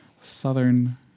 southern